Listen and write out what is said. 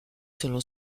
selon